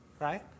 Right